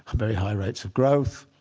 very high rates of growth,